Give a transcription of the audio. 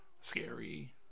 scary